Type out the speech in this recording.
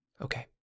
Okay